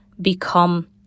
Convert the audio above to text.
become